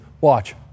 Watch